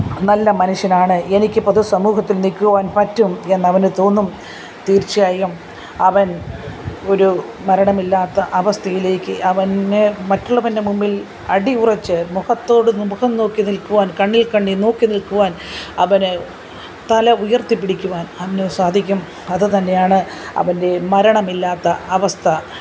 നല്ല മനുഷ്യനാണ് എനിക്ക് പൊതുസമൂഹത്തില് നിൽക്കുവാന് പറ്റും എന്ന് അവന് തോന്നും തീര്ച്ചയായും അവന് ഒരു മരണമില്ലാത്ത അവസ്ഥയിലേക്ക് അവന് മറ്റുള്ളവന്റെ മുമ്പില് അടിയുറച്ച് മുഖത്തോടു മുഖം നോക്കി നില്ക്കുവാന് കണ്ണില് കണ്ണില് നോക്കി നില്ക്കുവാന് അവന് തല ഉയര്ത്തിപ്പിടിക്കുവാന് അവന് സാധിക്കും അത് തന്നെയാണ് അവന്റെ മരണമില്ലാത്ത അവസ്ഥ